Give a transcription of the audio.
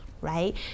right